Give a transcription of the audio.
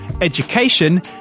education